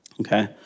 okay